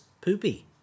poopy